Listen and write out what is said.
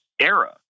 era